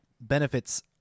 benefits